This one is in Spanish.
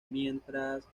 mientras